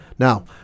Now